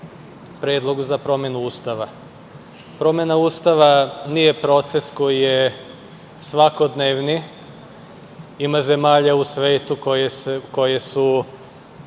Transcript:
Predlogu za promenu Ustava. Promena Ustava nije proces koji je svakodnevni. Ima zemalja u svetu koje su